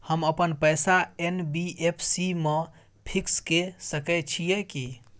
हम अपन पैसा एन.बी.एफ.सी म फिक्स के सके छियै की?